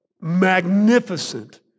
magnificent